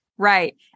Right